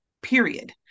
Period